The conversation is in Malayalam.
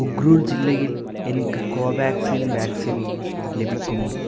ഉഖ്രുൽ ജില്ലയിൽ എനിക്ക് കോവാക്സിൻ വാക്സിൻ ലഭിക്കുമോ